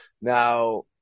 now